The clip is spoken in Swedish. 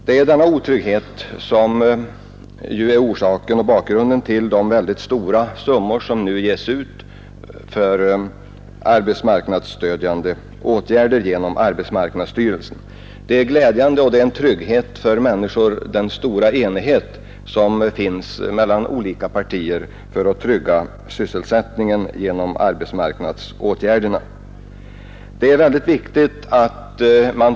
Den stora enighet i sysselsättningsfrågorna som finns mellan olika partier är glädjande. Det är viktigt att arbetsmarknadsåtgärderna får en effektiv organisation.